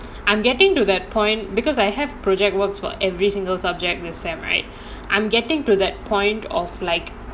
I'm getting to that point because I have project works for every single subject this semester right I'm getting to that point of like